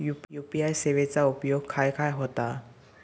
UPI सेवेचा उपयोग खाय खाय होता?